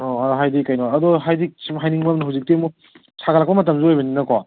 ꯑꯣ ꯑꯗꯣꯍꯥꯏꯗꯤ ꯀꯩꯅꯣ ꯑꯗꯣ ꯍꯥꯏꯗꯤ ꯁꯨꯝ ꯍꯥꯏꯅꯤꯡꯕ ꯑꯃꯅ ꯍꯧꯖꯤꯛꯇꯤ ꯑꯃꯨꯛ ꯁꯥꯒꯠꯂꯛꯄ ꯃꯇꯝꯁꯨ ꯑꯣꯏꯕꯅꯤꯅꯀꯣ